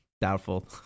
Doubtful